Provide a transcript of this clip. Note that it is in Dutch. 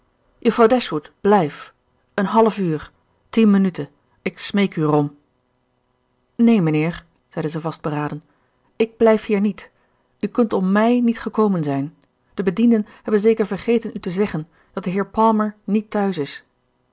juffrouw dashwood blijf een half uur tien minuten ik smeek u er om neen mijnheer zeide zij vastberaden ik blijf hier niet u kunt om mij niet gekomen zijn de bedienden hebben zeker vergeten u te zeggen dat de heer palmer niet thuis is